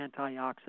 antioxidant